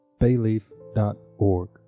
bayleaf.org